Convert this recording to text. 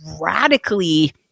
radically